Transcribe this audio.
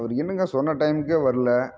அவர் என்னங்க சொன்ன டைம்முக்கே வரல